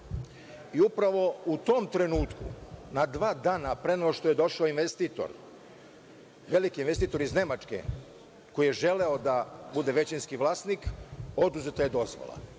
Upravo u tom trenutku, dva dana pre nego što je došao investitor, veliki investitor iz Nemačke, koji je želeo da bude većinski vlasnik, oduzeta je dozvola,